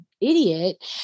idiot